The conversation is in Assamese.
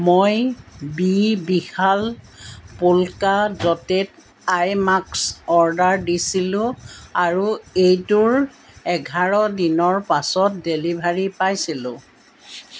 মই বি বিশাল পোলকা ডটেড আই মাক্স অৰ্ডাৰ দিছিলোঁ আৰু এইটোৰ এঘাৰ দিনৰ পাছত ডেলিভাৰী পাইছিলোঁ